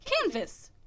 canvas